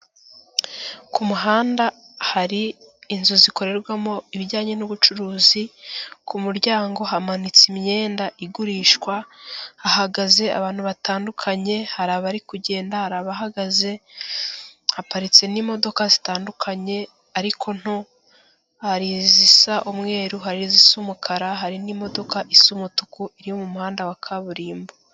Ku muhanda hari inzu zikorerwamo ibijyanye n'ubucuruzi, ku muryango hamanitse imyenda igurishwa, hahagaze abantu batandukanye, hari abari kugenda, hari abahagaze, haparitse n'imodoka zitandukanye ariko nto, hari izisa umweru, hari izisa umukara, hari n'imodoka isa umutuku iri mu muhanda wa kaburimbo.